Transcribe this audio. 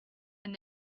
and